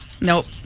Nope